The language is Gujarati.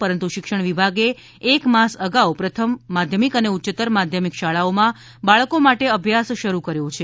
પરંતુ શિક્ષણ વિભાગે એક માસ અગાઉ પ્રથમ માધ્યમિક અને ઉચ્યત્તર માધ્યમિક શાળાઓમાં બાળકો માટે અભ્યાસ શરૂ કર્યો છે